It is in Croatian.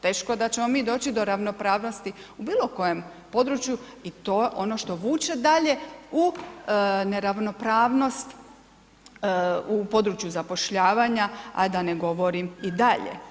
Teško da ćemo mi doći do ravnopravnosti u bilo kojem području i to je ono što vuče dalje u neravnopravnost u području zapošljavanja a da ne govorim i dalje.